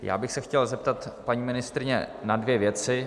Já bych s chtěl zeptat paní ministryně na dvě věci.